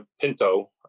Pinto